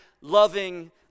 loving